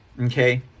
Okay